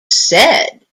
said